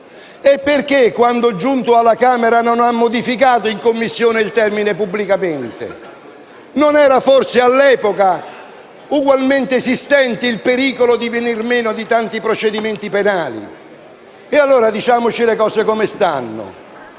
Perché, quand'è giunto alla Camera, in Commissione non ha modificato il termine «pubblicamente»? Non era forse all'epoca ugualmente esistente il pericolo del venir meno di tanti procedimenti penali? Diciamoci le cose come stanno.